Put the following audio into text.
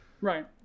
Right